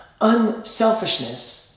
unselfishness